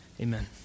amen